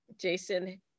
jason